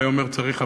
צריך עבודה.